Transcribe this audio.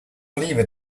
lever